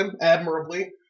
admirably